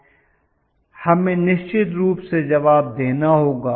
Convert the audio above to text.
हमें निश्चित रूप से जवाब देना होगा